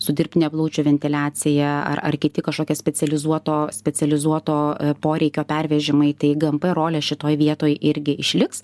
su dirbtine plaučių ventiliacija ar ar kiti kažkokio specializuoto specializuoto poreikio pervežimai tai gmp rolė šitoj vietoj irgi išliks